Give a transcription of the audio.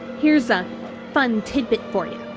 here's a fun tidbit for you.